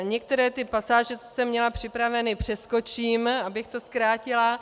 Některé ty pasáže, co jsem měla připravené, přeskočím, abych to zkrátila.